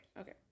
okay